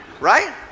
right